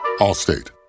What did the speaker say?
Allstate